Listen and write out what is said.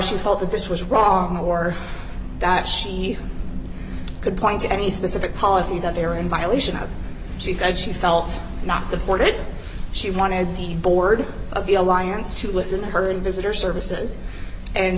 she felt that this was wrong or that she could point to any specific policy that they're in violation of she said she felt not supported she wanted the board of the alliance to listen to her visitor services and